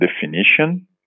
definition